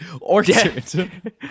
orchard